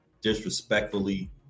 disrespectfully